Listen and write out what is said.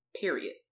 period